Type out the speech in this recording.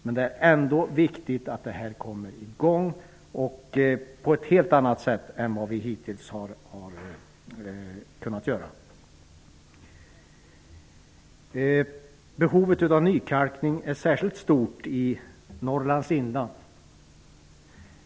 Men det än ändå viktigt att detta kommer igång på ett helt annat sätt än vad vi hittills har kunnat göra. Behovet av nykalkning är särskilt stort i Norrlands inland.